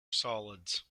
solids